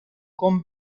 con